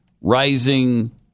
rising